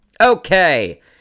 Okay